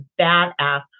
badass